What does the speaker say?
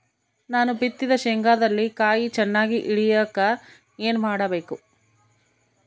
ನಾನು ಬಿತ್ತಿದ ಶೇಂಗಾದಲ್ಲಿ ಕಾಯಿ ಚನ್ನಾಗಿ ಇಳಿಯಕ ಏನು ಮಾಡಬೇಕು?